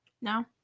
No